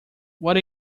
what